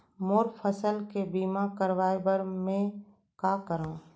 मोर फसल के बीमा करवाये बर में का करंव?